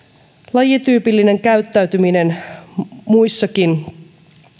lajityypillinen käyttäytyminen muissakin